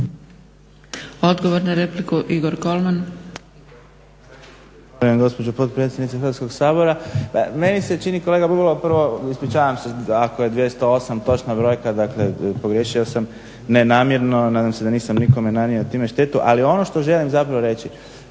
Odgovor na repliku, Igor Kolman.